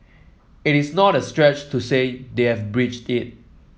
it's not a stretch to say they have breached it